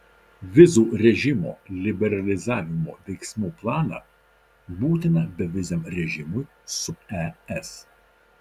vizų režimo liberalizavimo veiksmų planą būtiną beviziam režimui su es